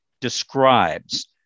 describes